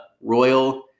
Royal